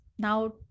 Now